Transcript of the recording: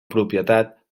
propietat